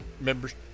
members